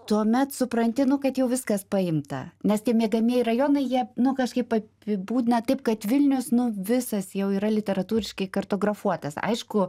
tuomet supranti nu kad jau viskas paimta nes tie miegamieji rajonai jie nu kažkaip apibūdina taip kad vilnius nu visas jau yra literatūriškai kartografuotas aišku